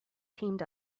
teamed